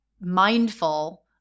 mindful